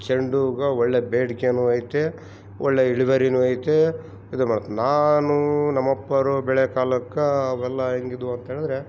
ಚೆಂಡು ಹೂವಿಗ ಒಳ್ಳೆ ಬೇಡಿಕೇನು ಐತೆ ಒಳ್ಳೇ ಇಳುವರಿನೂ ಐತೆ ಇದು ನಾನು ನಮ್ಮಅಪ್ಪರು ಬೆಳೆ ಕಾಲಕ್ಕೆ ಅವೆಲ್ಲ ಹೆಂಗಿದ್ವು ಅಂತೇಳಿದ್ರೆ